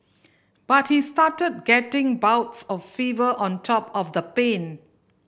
but he started getting bouts of fever on top of the pain